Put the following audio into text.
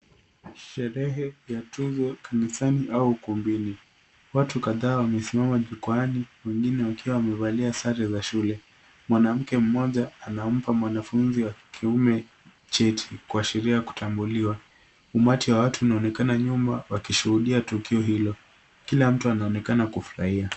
Sherehe ya tuzo kanisani au ukumbini. Watu kadhaa wamesimama jukwani, wengine wakiwa wamevalia sare za shule. Mwanamke mmoja anampa mwanafunzi wa kiume cheti, kuashiria kutambuliwa. Ummati wa watu unaonekana nyuma wakishuhudia tukio hilo. Kila mtu anaonekana kufurahia.